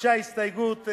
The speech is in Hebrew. הוגשה הסתייגות,